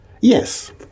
Yes